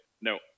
no